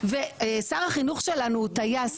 וגם הפרופסור לא מנוע מלהתעלל,